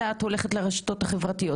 אלא את הולכת לרשתות החברתיות,